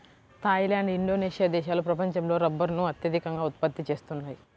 Thai land, Indonesia దేశాలు ప్రపంచంలో రబ్బరును అత్యధికంగా ఉత్పత్తి చేస్తున్నాయి